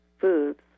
foods